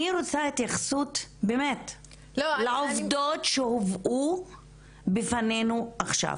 אני רוצה התייחסות לעובדותש הובאו בפנינו עכשיו.